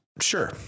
sure